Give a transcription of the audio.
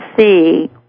see